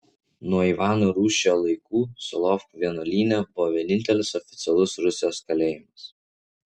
nuo ivano rūsčiojo laikų solovkų vienuolyne buvo vienintelis oficialus rusijos kalėjimas